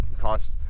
cost